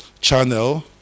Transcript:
channel